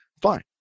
Fine